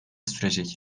sürecek